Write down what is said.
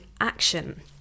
action